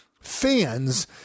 fans